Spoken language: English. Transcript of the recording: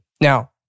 now